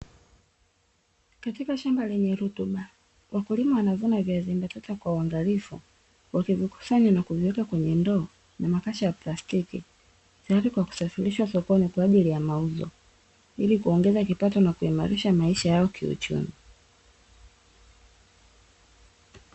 Katika shamba lenye rutuba wakulima wanavuna viazi mbatata kwa uangalifu, wakivikusanya na kuviweka kwenye ndoo, na makasha ya plastiki, tayari kwa kusafirishwa sokoni kwa ajili ya mauzo. Ili kuongeza kipato na kuimarisha maisha yao kiuchumi.